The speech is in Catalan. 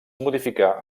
modificà